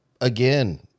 again